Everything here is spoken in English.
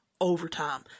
Overtime